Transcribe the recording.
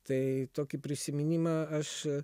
tai tokį prisiminimą aš